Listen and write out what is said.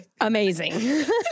Amazing